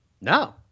No